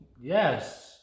Yes